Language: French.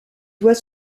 doit